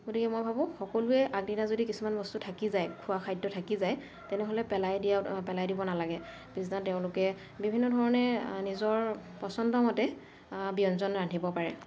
গতিকে মই ভাবোঁ সকলোৱে আগদিনা যদি কিছুমান বস্তু থাকি যায় খোৱা খাদ্য থাকি যায় তেনেহ'লে পেলাই দিয়া পেলাই দিব নালাগে পিছদিনা তেওঁলোকে বিভিন্ন ধৰণে নিজৰ পচন্দমতে ব্যঞ্জন ৰান্ধিব পাৰে